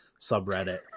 subreddit